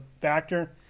factor